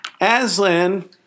Aslan